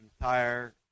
entire